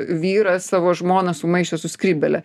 vyras savo žmoną sumaišė su skrybėle